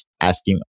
asking